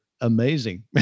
Amazing